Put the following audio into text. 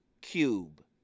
cube